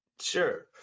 Sure